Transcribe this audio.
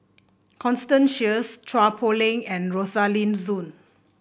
Constance Sheares Chua Poh Leng and Rosaline Soon